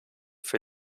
für